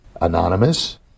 anonymous